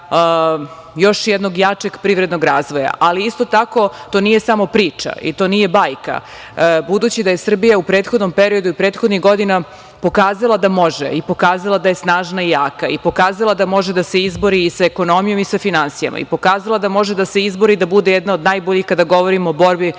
još jednog jačeg privrednog razvoja, ali isto tako to nije samo priča i to nije bajka. Budući da je Srbija u prethodnom periodu i prethodnih godina pokazala da može i pokazala da je snažna i jaka i pokazala da može da se izbori sa ekonomijom i sa finansijama i pokazala da može da se izbori da bude jedna od najboljih kada govorimo o borbi protiv